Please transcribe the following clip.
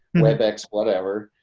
webex, whatever.